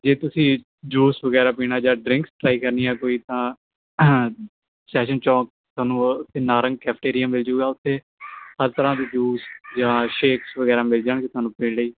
ਜੇ ਤੁਸੀਂ ਜੂਸ ਵਗੈਰਾ ਪੀਣਾ ਜਾਂ ਡਰਿੰਕਸ ਟਰਾਈ ਕਰਨੀ ਆ ਕੋਈ ਤਾਂ ਸੈਸ਼ਨ ਚੋਕ ਤੁਹਾਨੂੰ ਨਾਰੰਗ ਕੈਫਟੇਰੀ ਮਿਲ ਜਾਊਗਾ ਉਥੇ ਹਰ ਤਰਾਂ ਦੀ ਜੂਸ ਜਾਂ ਸ਼ੇਕਸ ਵਗੈਰਾ ਮਿਲ ਜਾਣਗੇ ਤੁਹਾਨੂੰ ਪੀਣ ਲਈ